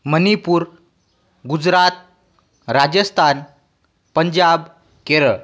Manipur Gujarat Rajasthan Punjab Kerala